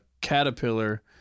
caterpillar